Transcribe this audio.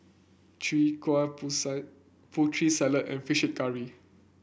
Chai Kueh pusa Putri Salad and fish curry